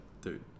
dude